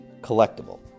collectible